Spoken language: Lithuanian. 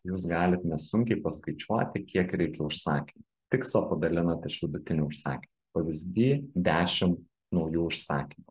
jūs galit nesunkiai paskaičiuoti kiek reikia užsakymų tikslą padalinat iš vidutinių užsakymų pavyzdy dešim naujų užsakymų